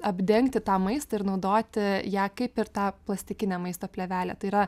apdengti tą maistą ir naudoti ją kaip ir tą plastikinę maisto plėvelę tai yra